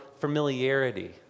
familiarity